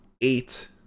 eight